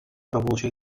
revolució